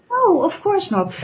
oh, of course, not